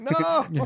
No